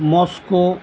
mosque